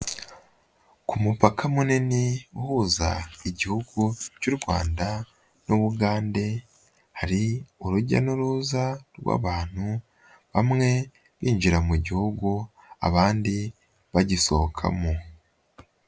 Ku mupaka munini uhuza igihugu cy'u Rwanda n'u Bugande hari urujya n'uruza rw'abantu bamwe binjira mu gihugu abandi bagisohokamo.